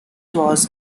was